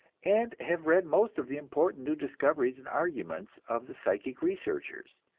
and have read most of the important new discoveries and arguments of the psychic researchers.